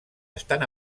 estan